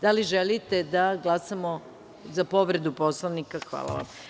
Da li želite da glasamo za povredu Poslovnika. (Da.) Hvala vam.